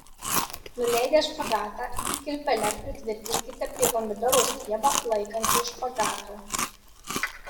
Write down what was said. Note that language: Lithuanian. nuleidę špagatą jį kilpele pritvirtinkite prie pomidoro stiebą laikančio špagato